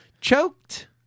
Choked